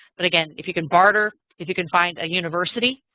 but again, if you can barter, if you can find a university